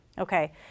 Okay